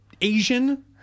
asian